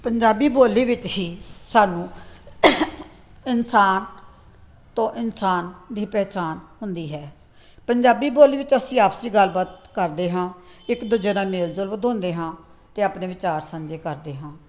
ਪੰਜਾਬੀ ਬੋਲੀ ਵਿੱਚ ਹੀ ਸਾਨੂੰ ਇਨਸਾਨ ਤੋਂ ਇਨਸਾਨ ਦੀ ਪਹਿਚਾਣ ਹੁੰਦੀ ਹੈ ਪੰਜਾਬੀ ਬੋਲੀ ਵਿੱਚ ਅਸੀਂ ਆਪਸੀ ਗੱਲਬਾਤ ਕਰਦੇ ਹਾਂ ਇੱਕ ਦੂਜੇ ਨਾਲ ਮੇਲ ਜੋਲ ਵਧਾਉਂਦੇ ਹਾਂ ਅਤੇ ਆਪਣੇ ਵਿਚਾਰ ਸਾਂਝੇ ਕਰਦੇ ਹਾਂ